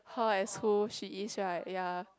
her as who she is right ya